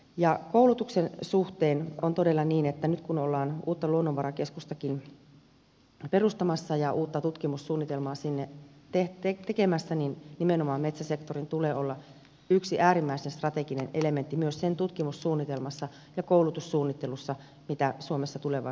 ja koulutuksen suhteen on todella niin että nyt kun ollaan uutta luonnonvarakeskustakin perustamassa ja uutta tutkimussuunnitelmaa sinne tekemässä niin nimenomaan metsäsektorin tulee olla yksi äärimmäisen strateginen elementti myös sen tutkimussuunnitelmassa ja koulutussuunnittelussa mitä suomessa tulevaisuudessa tehdään